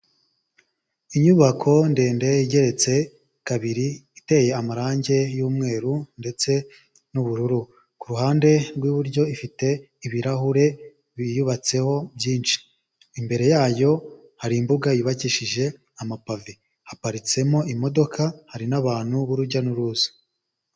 Inyubako ndende igeretse kabiri, iteye amarangi y'umweru ndetse n'ubururu. Ku ruhande rw'iburyo ifite ibirahure biyubatseho byinshi. Imbere yayo hari imbuga yubakishije amapave. Haparitsemo imodoka hari n'abantu b'urujya n'uruza.